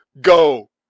go